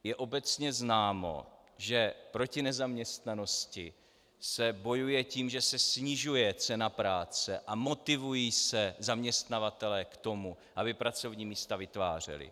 Je obecně známo, že proti nezaměstnanosti se bojuje tím, že se snižuje cena práce a motivují se zaměstnavatelé k tomu, aby pracovní místa vytvářeli.